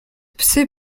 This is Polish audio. psy